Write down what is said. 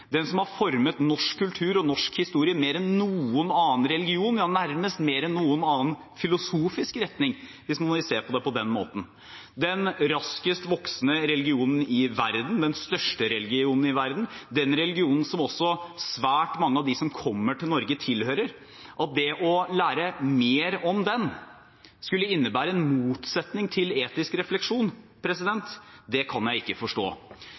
den som har formet norsk kultur og norsk historie mer enn noen annen religion – nærmest mer enn noen annen filosofisk retning, hvis man vil se på det på den måten – den raskest voksende religionen i verden, den største religionen i verden og den religionen som også svært mange av dem som kommer til Norge, tilhører, skulle innebære en motsetning til etisk refleksjon. Det kan jeg ikke forstå.